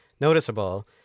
noticeable